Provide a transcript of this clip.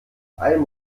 einem